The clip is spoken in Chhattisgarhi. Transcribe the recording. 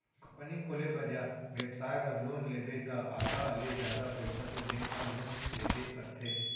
कंपनी खोले बर या बेपसाय बर लोन लेबे त आधा ले जादा पइसा तो बेंक ह लोन देबे करथे